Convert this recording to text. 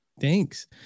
thanks